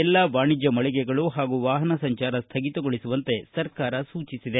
ಎಲ್ಲಾ ವಾಣಿಜ್ಯ ಮಳಿಗೆಗಳು ಹಾಗೂ ವಾಹನ ಸಂಚಾರ ಸ್ಥಗಿತಗೊಳಿಸುವಂತೆ ಸರ್ಕಾರ ಸೂಚಿಸಿದೆ